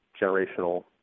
generational